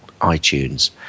iTunes